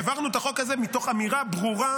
העברנו את החוק הזה מתוך אמירה ברורה